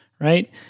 right